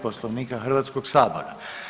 Poslovnika Hrvatskog sabora.